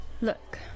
Look